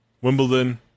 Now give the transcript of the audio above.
Wimbledon